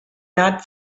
not